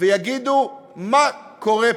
מה קורה פה.